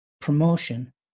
promotion